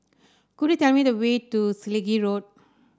could you tell me the way to Selegie Road